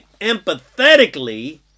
empathetically